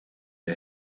der